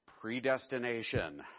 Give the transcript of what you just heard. predestination